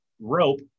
rope